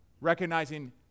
recognizing